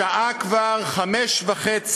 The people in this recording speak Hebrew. השעה כבר 17:30,